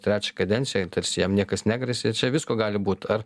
trečiai kadencijai tarsi jam niekas negresia ir čia visko gali būt ar